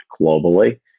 globally